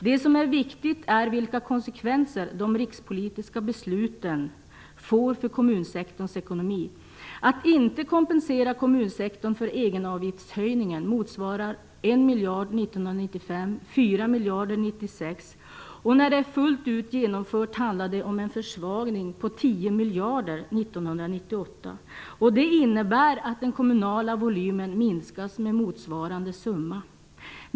Det som är viktigt är vilka konsekvenser de rikspolitiska besluten får för kommunsektorns ekonomi. Att inte kompensera kommunsektorn för egenavgiftshöjningen motsvarar 1 miljard 1995, 4 miljarder 1996, och när detta är fullt genomfört handlar det om en försvagning på 10 miljarder 1998. Det innebär att den kommunala volymen minskas med motsvarande summa.